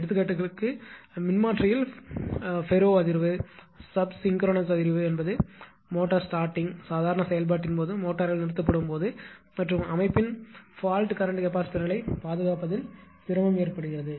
எடுத்துக்காட்டுகளுக்கு மின்மாற்றிகளில் ஃபெரோ அதிர்வு sub synchronous அதிர்வு என்பது மோட்டார் ஸ்டார்ட்டிங் சாதாரண செயல்பாட்டின் போது மோட்டார்கள் நிறுத்தப்படும்போது மற்றும் அமைப்பின் பால்ட் கரண்ட் கெபாசிட்டர்களைப் பாதுகாப்பதில் சிரமம் ஏற்படுகிறது